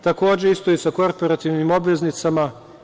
Takođe, isto je i sa korporativnim obveznicama.